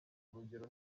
urugero